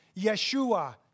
Yeshua